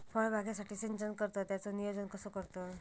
फळबागेसाठी सिंचन करतत त्याचो नियोजन कसो करतत?